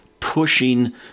Pushing